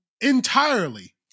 entirely